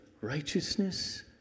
righteousness